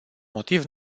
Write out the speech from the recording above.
motiv